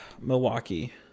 Milwaukee